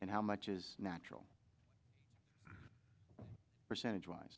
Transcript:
and how much is natural percentage wise